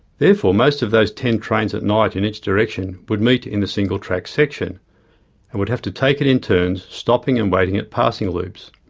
therefore, most of those ten trains at night in each direction would meet in the single track section, and would have to take it in turns stopping and waiting at passing loops.